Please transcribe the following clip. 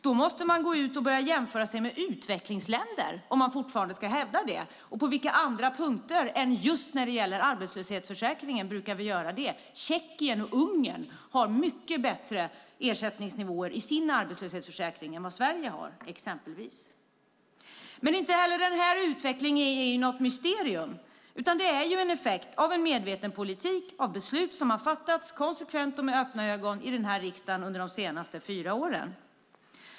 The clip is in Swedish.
Man måste börja jämföra sig med utvecklingsländer om man fortfarande ska hävda det, och på vilka andra punkter än just när det gäller arbetslöshetsförsäkringen brukar vi göra det? Tjeckien och Ungern har exempelvis mycket bättre ersättningsnivåer i sina arbetslöshetsförsäkringar än vad Sverige har. Men inte heller den här utvecklingen är något mysterium, utan det är en effekt av en medveten politik och av beslut som har fattats konsekvent och med öppna ögon i den här riksdagen under de senaste fyra åren.